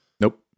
Nope